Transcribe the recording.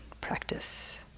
practice